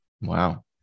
Wow